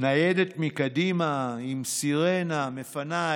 ניידת מקדימה עם סירנה מפנה,